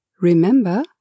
remember